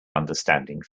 understanding